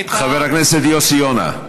חבר הכנסת יוסי יונה.